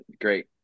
great